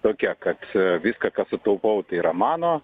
tokia kad viską ką sutaupau tai yra mano